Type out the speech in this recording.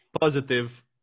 positive